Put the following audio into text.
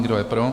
Kdo je pro?